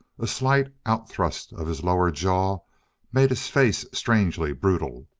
a slight outthrust of his lower jaw made his face strangely brutal,